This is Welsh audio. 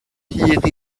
hyd